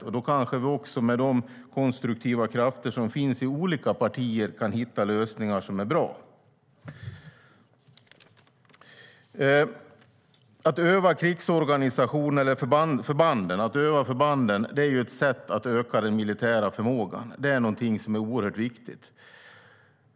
Då kan vi kanske också med de konstruktiva krafter som finns i olika partier hitta lösningar som är bra. Att öva förbanden är ett sätt att öka den militära förmågan. Det är viktigt.